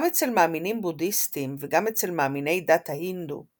גם אצל מאמינים בודהיסטים וגם אצל מאמיני דת ההינדו,